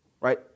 right